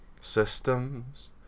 Systems